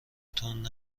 تند